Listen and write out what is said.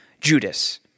Judas